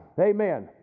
Amen